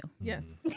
Yes